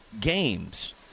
games